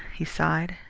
he sighed.